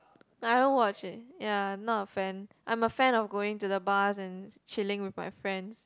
I don't watch it ya not a fan I'm a fan of going to the bars and chilling with my friends